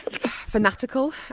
fanatical